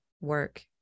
work